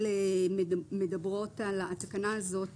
התקנה הזאת